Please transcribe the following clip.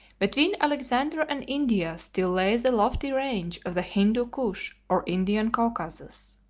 between alexander and india still lay the lofty range of the hindu koosh or indian caucasus.